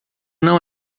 não